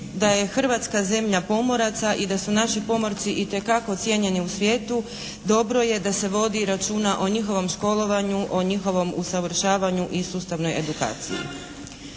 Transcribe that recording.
da je Hrvatska zemlja pomoraca i da su naši pomorci itekako cijenjeni u svijetu dobro je da se vodi računa o njihovom školovanju, o njihovom usavršavanju i sustavnoj edukaciji.